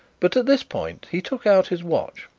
but at this point he took out his watch,